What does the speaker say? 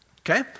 okay